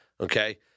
Okay